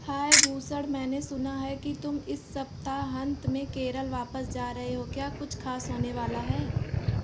हाय भूषण मैंने सुना है कि तुम इस सप्ताहांत में केरल वापस जा रहे हो क्या कुछ ख़ास होने वाला है